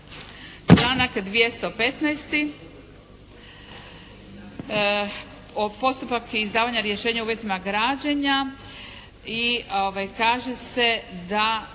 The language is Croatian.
Članak 215. Postupak izdavanja rješenja o uvjetima građenja. I kaže se da